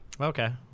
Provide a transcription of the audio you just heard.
Okay